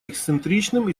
эксцентричным